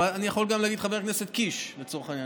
אני יכול גם להגיד חבר הכנסת קיש, לצורך העניין.